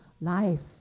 Life